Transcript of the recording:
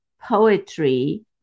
poetry